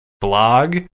blog